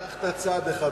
הלכת צעד אחד רחוק.